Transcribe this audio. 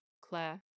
claire